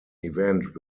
event